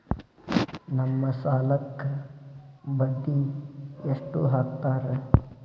ನಮ್ ಸಾಲಕ್ ಬಡ್ಡಿ ಎಷ್ಟು ಹಾಕ್ತಾರ?